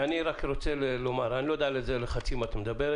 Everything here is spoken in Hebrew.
אני רק רוצה לומר: אני לא יודע על איזה לחצים את מדברת.